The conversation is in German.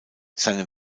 seine